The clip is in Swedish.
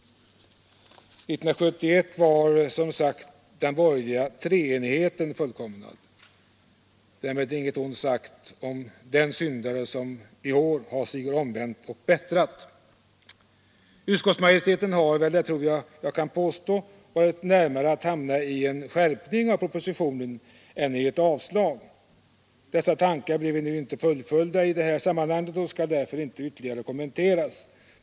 Och 1971 var som sagt den borgerliga treenigheten fullkomnad. Därmed inte något ont sagt om den syndare som i år har sig omvänt och bättrat. Utskottsmajoriteten har väl — det tror jag att jag kan påstå — varit närmare att hamna i en skärpning av propositionen än i ett avslag. Dessa tankar blev nu inte fullföljda i det här sammanhanget och skall väl därför inte ytterligare kommenteras.